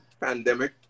pandemic